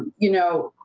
you know,